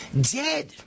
dead